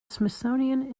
smithsonian